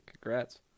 congrats